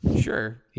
Sure